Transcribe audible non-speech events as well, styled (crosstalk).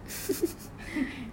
(laughs)